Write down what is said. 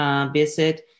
visit